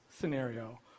scenario